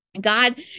God